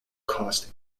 cost